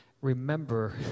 remember